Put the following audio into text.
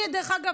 דרך אגב,